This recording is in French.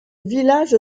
village